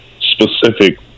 specific